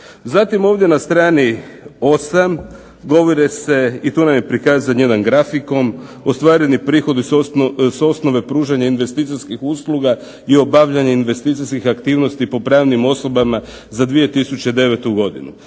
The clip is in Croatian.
Zatim ovdje na strani 8 govore se i tu nam je prikazan jedan grafikon, ostvareni prihodi su osnove pružanja investicijskih usluga i obavljanje investicijskih aktivnosti po pravnim osobama za 2009. godinu.